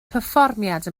perfformiad